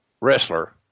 wrestler